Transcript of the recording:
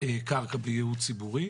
קרקע בייעוד ציבורי.